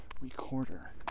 recorder